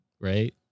Right